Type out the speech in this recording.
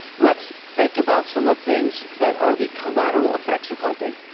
let's think about some of the things that are the collateral effects of hunting.